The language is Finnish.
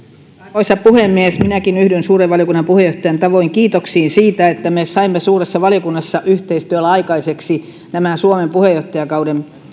arvoisa puhemies minäkin yhdyn suuren valiokunnan puheenjohtajan tavoin kiitoksiin siitä että me saimme suuressa valiokunnassa yhteistyöllä aikaiseksi nämä suomen puheenjohtajakauden